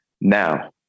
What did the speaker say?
Now